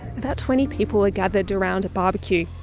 about twenty people are gathered around a barbecue,